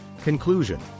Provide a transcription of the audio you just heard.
Conclusion